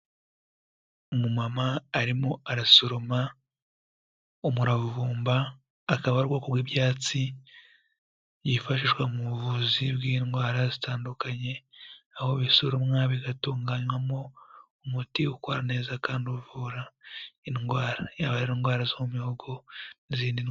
Umumama arimo arasoroma umuravumba akaba ari ubwoko bw'ibyatsi byifashishwa mu buvuzi bw'indwara zitandukanye aho bisoromwa bigatunganywamo umuti ukora neza kandi uvura indwara yaba indwara zo mu muhogo n'izindi.